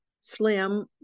slim